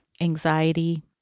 anxiety